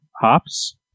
hops